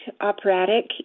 operatic